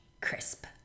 crisp